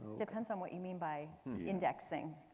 depends on what you mean by indexing.